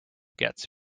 gets